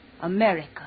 America